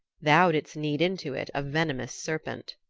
thou didst knead into it a venomous serpent.